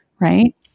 right